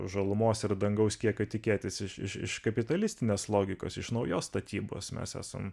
žalumos ir dangaus kiekio tikėtis iš iš iš kapitalistinės logikos iš naujos statybos mes esam